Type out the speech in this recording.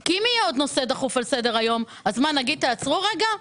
כי אם יהיה עוד נושא דחוף על סדר היום אז נגיד: תעצרו רגע?